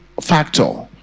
factor